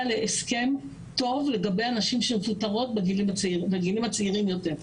להסכם טוב לגבי הנשים שמפוטרות בגילאים הצעירים יותר.